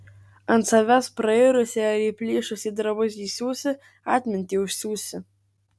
ant savęs prairusį ar įplyšusį drabužį siūsi atmintį užsiūsi